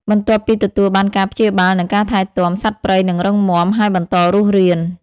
បន្ទាប់ពីទទួលបានការព្យាបាល និងការថែទាំ សត្វព្រៃនឹងរឹងមាំ ហើយបន្តរស់រាន ។